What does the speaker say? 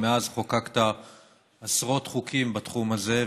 ומאז חוקקת עשרות חוקים בתחום הזה,